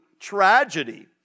tragedy